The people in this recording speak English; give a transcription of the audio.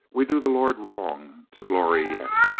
we do the lord wrong to glory yet!